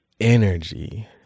energy